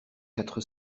quatre